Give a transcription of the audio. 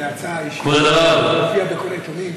זה יצא, כבוד הרב, הופיע בכל העיתונים.